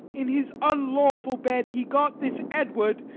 in his unlawful bed, he got this edward,